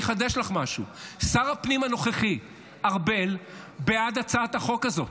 אני אחדש לך משהו: שר הפנים הנוכחי ארבל בעד הצעת החוק הזאת.